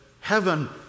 heaven